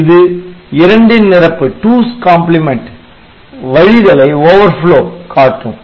இது இரண்டின் நிரப்பு 2's complement வழிதலை காட்டும்